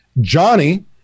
Johnny